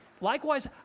Likewise